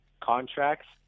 contracts